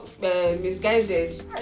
misguided